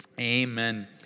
Amen